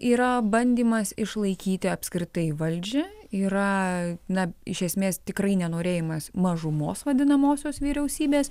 yra bandymas išlaikyti apskritai valdžią yra na iš esmės tikrai nenorėjimas mažumos vadinamosios vyriausybės